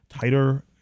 tighter